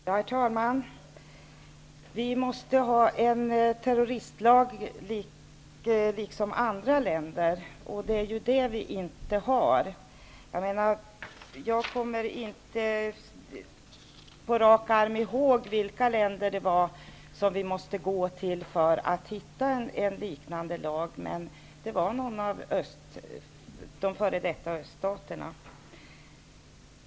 Herr talman! Vi måste ha en terroristlag liksom andra länder, säger Lars Sundin. Det är det vi inte har. Jag kommer inte på rak arm ihåg vilka länder vi måste gå till för att hitta en liknande lag, men det var bland de f.d. öststaterna.